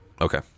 Okay